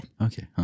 Okay